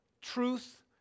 truth